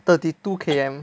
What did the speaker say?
thirty two K_M